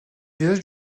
visage